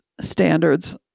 standards